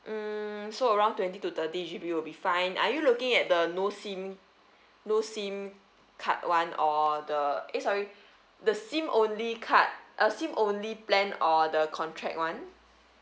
hmm so around twenty to thirty G_B will be fine are you looking at the no SIM no SIM card [one] or the eh sorry the SIM only card uh SIM only plan or the contract [one]